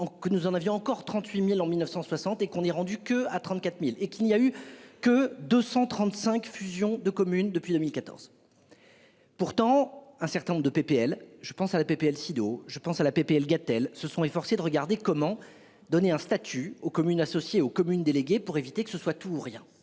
que nous en avions encore 38.000 en 1960 et qu'on est rendu que à 34.000 et qu'il n'y a eu que 235 fusions de communes depuis 2014. Pourtant, un certain nombre de PPL je pense à la PPL. Je pense à la PPL Gatel se sont efforcés de regarder comment donner un statut aux communes associées aux communes délégué pour éviter que ce soit tout ou rien.